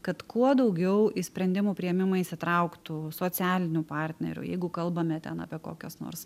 kad kuo daugiau į sprendimų priėmimą įsitrauktų socialinių partnerių jeigu kalbame ten apie kokias nors